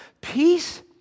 peace